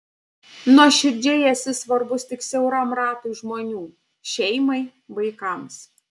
nuoširdžiai esi svarbus tik siauram ratui žmonių šeimai vaikams